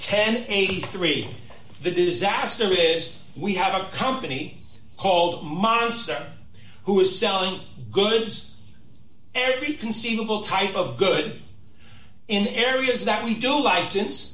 and eighty three the disaster is we have a company called monster who is selling goods every conceivable type of good in areas that we do license